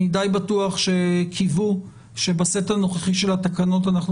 די בטוח שהם קיוו שבסט הנוכחי של התקנות אנחנו